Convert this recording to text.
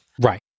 Right